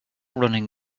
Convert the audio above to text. running